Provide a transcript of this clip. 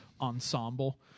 ensemble